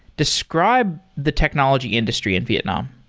describe the technology industry in vietnam.